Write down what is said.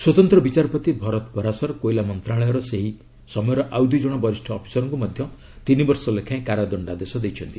ସ୍ନତନ୍ତ୍ର ବିଚାରପତି ଭରତ ପରାଶର କୋଇଲା ମନ୍ତ୍ରଣାଳୟର ସେ ସମୟର ଆଉ ଦୂଇ ଜଣ ବରିଷ୍ଠ ଅଫିସରଙ୍କ ମଧ୍ୟ ତିନି ବର୍ଷ ଲେଖାଏଁ କାରାଦଣ୍ଡାଦେଶ ଦେଇଛନ୍ତି